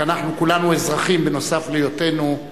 אנחנו כולנו אזרחים נוסף על היותנו,